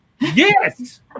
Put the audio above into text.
yes